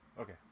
Okay